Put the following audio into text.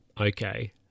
Okay